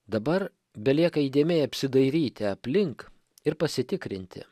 dabar belieka įdėmiai apsidairyti aplink ir pasitikrinti